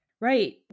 Right